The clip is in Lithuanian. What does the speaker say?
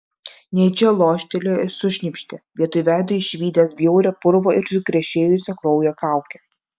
nejučia loštelėjo ir sušnypštė vietoj veido išvydęs bjaurią purvo ir sukrešėjusio kraujo kaukę